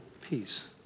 peace